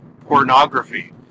Pornography